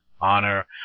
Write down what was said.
honor